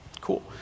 Cool